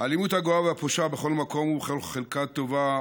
האלימות הגואה והפושה בכל מקום ובכל חלקה טובה,